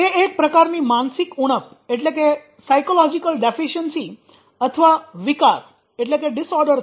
તે એક પ્રકારની માનસિક ઉણપ અથવા વિકાર છે